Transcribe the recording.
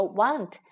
want